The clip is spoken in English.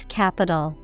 capital